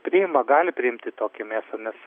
priima gali priimti tokią mėsą nes